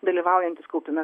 dalyvaujantys kaupime